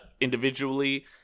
individually